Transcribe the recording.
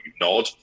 nod